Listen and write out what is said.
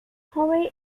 howe